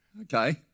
Okay